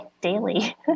daily